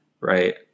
right